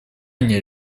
они